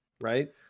right